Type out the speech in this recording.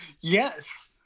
Yes